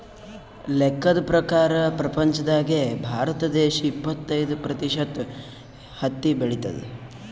ಲೆಕ್ಕದ್ ಪ್ರಕಾರ್ ಪ್ರಪಂಚ್ದಾಗೆ ಭಾರತ ದೇಶ್ ಇಪ್ಪತ್ತೈದ್ ಪ್ರತಿಷತ್ ಹತ್ತಿ ಬೆಳಿತದ್